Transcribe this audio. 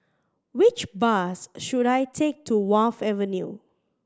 which bus should I take to Wharf Avenue